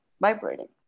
vibrating